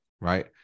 right